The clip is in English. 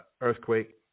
Earthquake